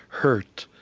hurt,